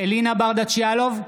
אלינה ברדץ' יאלוב,